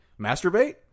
Masturbate